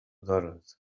daughters